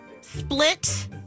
split